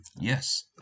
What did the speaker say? yes